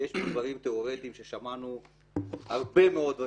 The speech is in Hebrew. שיש דברים תיאורטיים ששמענו הרבה מאוד.